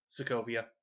Sokovia